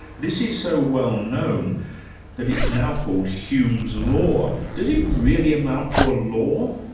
this is so well-known that it's now called hume's law. does it really amount to a law?